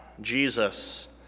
Jesus